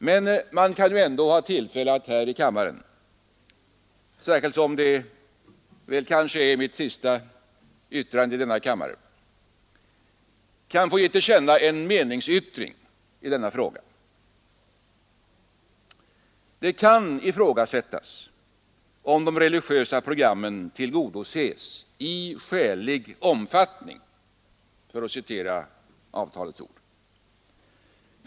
Men jag kanske ändå får lov — särskilt som detta möjligen är mitt sista anförande i riksdagen — att ge till känna en meningsyttring i denna fråga. Det kan ifrågasättas om de religiösa programmen tillgodoses ”i skälig omfattning” — för att citera avtalets ord.